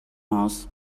aus